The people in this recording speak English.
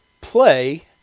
play